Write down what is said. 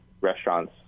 restaurants